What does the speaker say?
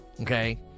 okay